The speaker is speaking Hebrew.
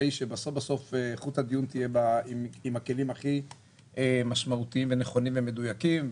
שבסוף איכות הדיון תהיה עם הכלים הכי משמעותיים ונכונים ומדויקים.